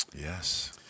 Yes